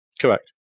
Correct